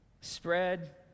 spread